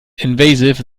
invasive